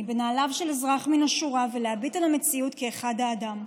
בנעליו של אזרח מן השורה ולהביט אל המציאות כאחד האדם.